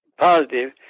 positive